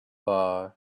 bar